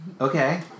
Okay